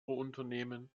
unternehmen